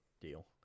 Deal